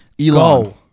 Elon